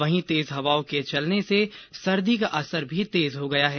वहीं तेज हवाओं के चलने से सर्दी का असर भी तेज हो गया है